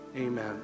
Amen